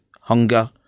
Hunger